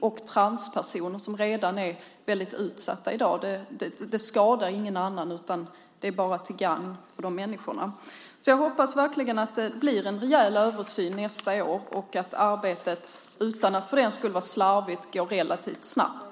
Det ska gälla även för redan i dag utsatta transpersoner. Det skadar ingen annan och är bara till gagn för dessa människor. Jag hoppas verkligen att det blir en rejäl översyn nästa år och att arbetet, utan att för den skull genomföras slarvigt, går relativt snabbt.